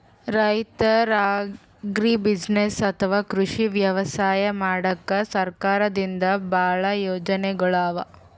ರೈತರ್ ಅಗ್ರಿಬುಸಿನೆಸ್ಸ್ ಅಥವಾ ಕೃಷಿ ವ್ಯವಸಾಯ ಮಾಡಕ್ಕಾ ಸರ್ಕಾರದಿಂದಾ ಭಾಳ್ ಯೋಜನೆಗೊಳ್ ಅವಾ